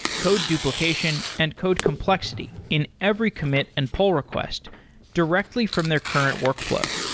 code duplication and code complexity in every commit and poll request directly from their current workflow.